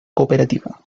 cooperativa